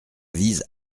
vise